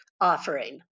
offering